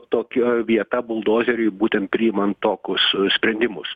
tokia vieta buldozeriui būtent priimant tokius sprendimus